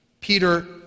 Peter